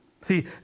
See